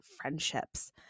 friendships